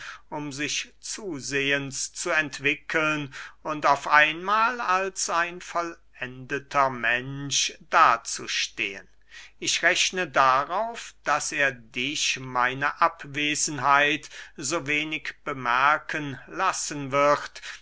um sich zusehens zu entwickeln und auf einmahl als ein vollendeter mensch da zu stehen ich rechne darauf daß er dich meine abwesenheit so wenig bemerken lassen wird